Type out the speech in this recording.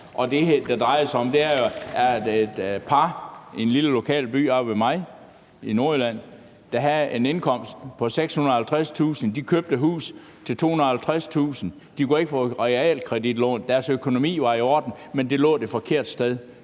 Det, som det drejer sig om, er jo, at et par i en lille lokal by oppe ved mig i Nordjylland, der havde en indkomst på 650.000 kr., købte et hus til 250.000 kr., og de kunne ikke få et realkreditlån; deres økonomi var i orden, men huset lå det forkerte sted.